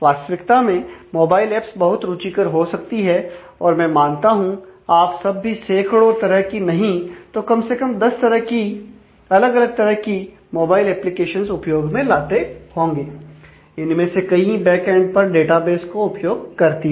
वास्तविकता में mobile apps बहुत रुचिकर हो सकती हैं और मैं मानता हूं आप सब भी सैकड़ों तरह की नहीं तो कम से कम 10 तरह की अलग अलग तरह की मोबाइल एप्लीकेशन उपयोग में लाते होंगे इनमें से कई बैक एंड पर डाटाबेस को उपयोग करती है